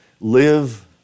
live